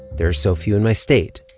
there are so few in my state.